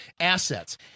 assets